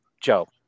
Joe